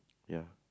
ya